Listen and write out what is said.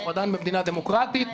אנחנו עדיין במדינה דמוקרטית.